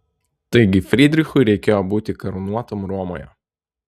taigi frydrichui reikėjo būti karūnuotam romoje